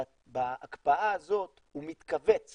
בהקפאה הזאת הוא מתכווץ